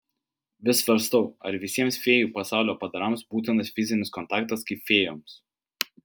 vis svarstau ar visiems fėjų pasaulio padarams būtinas fizinis kontaktas kaip fėjoms